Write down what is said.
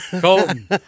Colton